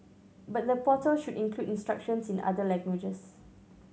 but the portal should include instructions in other languages